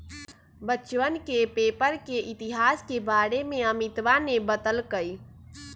बच्चवन के पेपर के इतिहास के बारे में अमितवा ने बतल कई